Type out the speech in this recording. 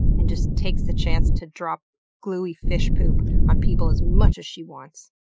and just takes the chance to drop gluey fish poop on people as much as she wants.